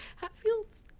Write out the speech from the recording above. Hatfields